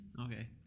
Okay